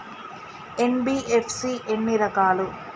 NBFC ఎన్ని రకాలు?